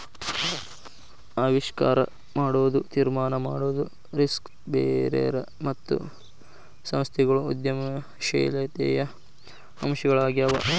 ಆವಿಷ್ಕಾರ ಮಾಡೊದು, ತೀರ್ಮಾನ ಮಾಡೊದು, ರಿಸ್ಕ್ ಬೇರರ್ ಮತ್ತು ಸಂಸ್ಥೆಗಳು ಉದ್ಯಮಶೇಲತೆಯ ಅಂಶಗಳಾಗ್ಯಾವು